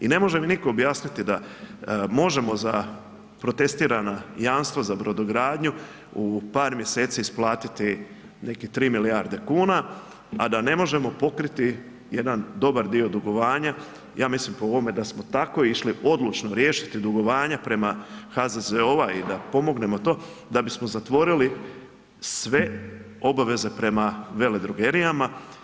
I ne može mi nitko objasniti da, možemo za protestirana jamstva za brodogradnju u par mjeseci isplatiti nekih 3 milijarde kuna, a da ne možemo pokriti jedan dobar dio dugovanja, ja mislim po ovome, da smo tako išli odlučno riješiti dugovanja prema HZZO-a i da pomognemo to, da bismo zatvoriti sve obaveze prema veledrogerijama.